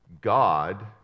God